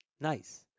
Nice